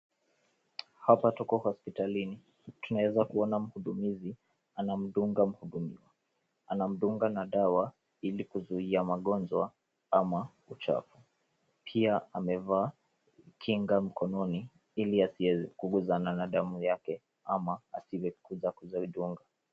Hapa tuko hospitalini. Tunaweza kuona mudumizi anamdunga mgonjwa. Anamdunga na dawa ili kuzuia magonjwa ama uchafu . Pia amevaa kinga mkononi ili asiweze kuguzana na damu yake ama asiweze kujidunga.